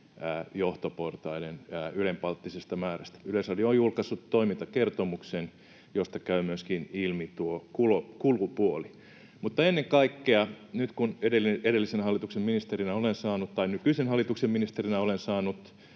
johtoportaiden ylenpalttisesta määrästä. Yleisradio on julkaissut toimintakertomuksen, josta käy myöskin ilmi tuo kulupuoli. Mutta ennen kaikkea nyt, kun nykyisen hallituksen ministerinä olen saanut olla tuomassa myöskin